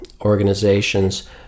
organizations